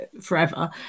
forever